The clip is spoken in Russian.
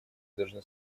должны